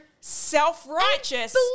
self-righteous